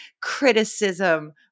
criticism